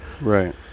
Right